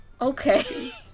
Okay